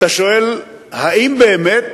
אתה שואל אם באמת